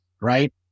Right